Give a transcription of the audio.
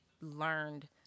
learned